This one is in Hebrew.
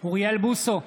אוריאל בוסו,